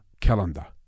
calendar